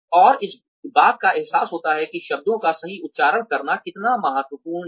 और इस बात का अहसास होता है कि शब्दों का सही उच्चारण करना कितना महत्वपूर्ण है